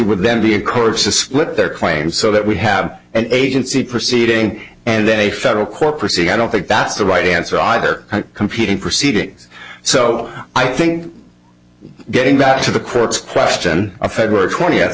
would then be a course to split their claims so that we have an agency proceeding and then a federal court proceeding i don't think that's the right answer either competing proceedings so i think getting back to the court's question of february twentieth